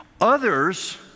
Others